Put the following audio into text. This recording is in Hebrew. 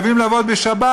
חייבים לעבוד בשבת.